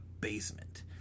basement